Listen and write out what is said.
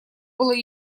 было